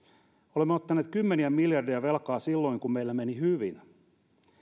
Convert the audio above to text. olemme ottaneet kymmeniä miljardeja velkaa silloin kun meillä meni hyvin